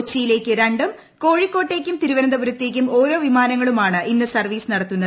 കൊച്ചിയിലേക്ക് രൂ ം കോഴിക്കോട്ടേക്കും തിരുവനന്തപുരത്തേക്കും ഓര്യോ വിമാനങ്ങളുമാണ് ഇന്ന് സർവ്വീസ് നടത്തുന്നത്